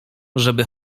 żeby